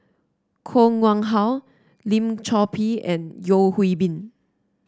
Koh Nguang How Lim Chor Pee and Yeo Hwee Bin